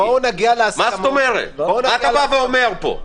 מה בעצם אתה בא ואומר פה?